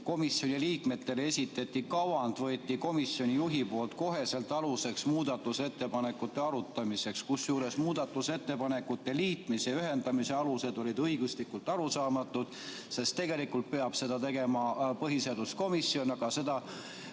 komisjoni liikmetele esitatud kavand võeti komisjoni juhi poolt koheselt aluseks muudatusettepanekute arutamisel, kusjuures muudatusettepanekute liitmise alused olid õiguslikult arusaamatud, sest tegelikult peab seda tegema põhiseaduskomisjon, aga see